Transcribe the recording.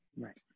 right